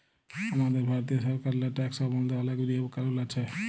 আমাদের ভারতীয় সরকারেল্লে ট্যাকস সম্বল্ধে অলেক লিয়ম কালুল আছে